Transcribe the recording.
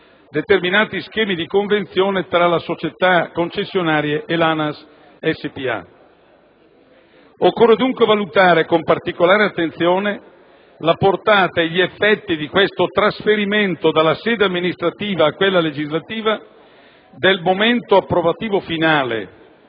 determinati schemi di convenzione tra società concessionarie e ANAS spa. Occorre dunque valutare con particolare attenzione la portata e gli effetti di questo trasferimento dalla sede amministrativa a quella legislativa del momento approvativo finale,